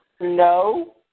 No